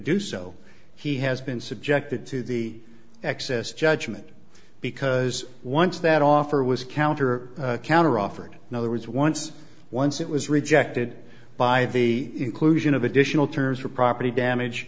do so he has been subjected to the excess judgment because once that offer was counter counter offered in other words once once it was rejected by the inclusion of additional terms for property